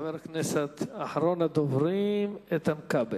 חבר הכנסת, אחרון הדוברים, איתן כבל.